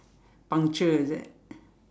puncture is it